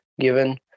given